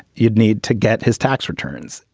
you'd need to get his tax returns.